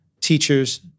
teachers